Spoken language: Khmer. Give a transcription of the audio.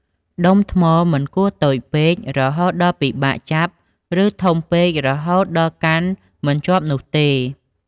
ដុំថ្មមិនគួរតូចពេក រហូតដល់ពិបាកចាប់ ឬធំពេក រហូតដល់កាន់មិនជាប់នោះទេ។